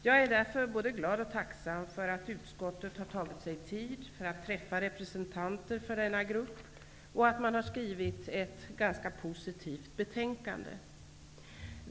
Jag är därför både glad och tacksam för att utskottet tagit sig tid att träffa representanter för denna grupp och att man skrivit ett ganska positivt betänkande.